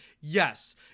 yes